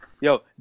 Yo